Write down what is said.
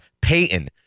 Payton